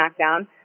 smackdown